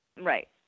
Right